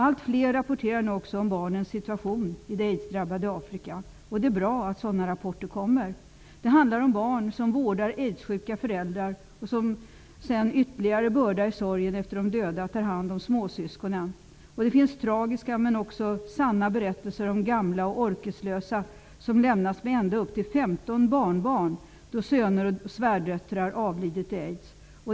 Allt fler rapporterar nu om barnens situation i det aidsdrabbade Afrika. Det är bra att man lägger fram sådana rapporter. Det handlar om barn som vårdar aidssjuka föräldrar och sedan, som ytterligare börda i sorgen efter de döda, tar hand om småsyskonen. Och det finns tragiska, men tyvärr sanna, berättelser om gamla och orkeslösa som lämnas med ända upp till 15 barnbarn då söner och svärdöttrar avlidit i aids.